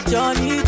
Johnny